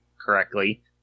correctly